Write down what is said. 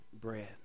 bread